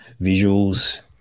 visuals